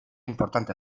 importante